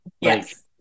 Yes